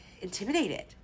intimidated